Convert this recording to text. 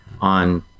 on